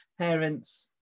parents